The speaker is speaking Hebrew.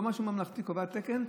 לא משהו ממלכתי קובע תקן,